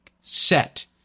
set